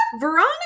Veronica